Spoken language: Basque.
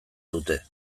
dute